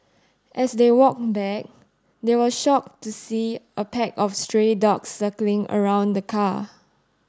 as they walked back they were shocked to see a pack of stray dogs circling around the car